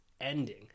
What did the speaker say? ending